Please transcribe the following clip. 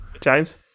james